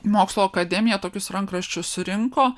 mokslo akademija tokius rankraščius rinko